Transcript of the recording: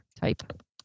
type